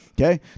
Okay